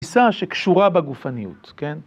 תפיסה שקשורה בגופניות, כן?